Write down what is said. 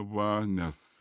va nes